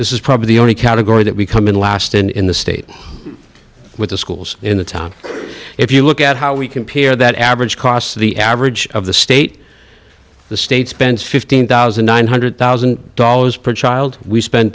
this is probably the only category that we come in last in in the state with the schools in the top if you look at how we compare that average cost the average of the state the state spends fifteen one million nine hundred thousand dollars per child we spen